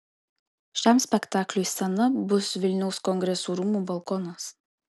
šiam spektakliui scena bus vilniaus kongresų rūmų balkonas